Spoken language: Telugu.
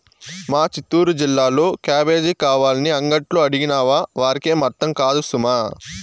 మా చిత్తూరు జిల్లాలో క్యాబేజీ కావాలని అంగట్లో అడిగినావా వారికేం అర్థం కాదు సుమా